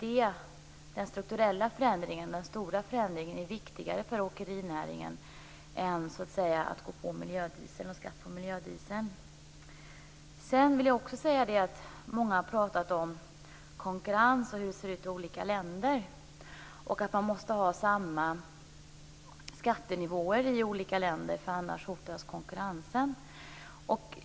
Den stora strukturella förändringen är viktigare för åkerinäringen än att gå in för skatt på miljödiesel. Många har pratat om konkurrens, hur det ser ut i olika länder och att man måste ha samma skattenivåer i olika länder, därför att annars hotas konkurrensen.